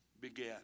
began